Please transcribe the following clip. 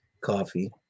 coffee